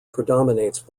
predominates